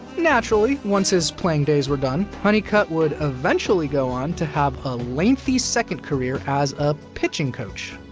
naturally, once his playing days were done, honeycutt would eventually go on to have a lengthy second career as a pitching coach.